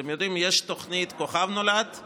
אתם יודעים, יש תוכנית "כוכב נולד";